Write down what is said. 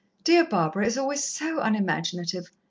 dear barbara is always so unimaginative.